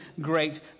great